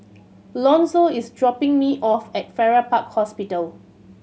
Lonzo is dropping me off at Farrer Park Hospital